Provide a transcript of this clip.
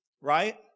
right